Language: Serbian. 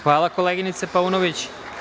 Hvala, koleginice Paunović.